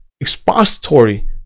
Expository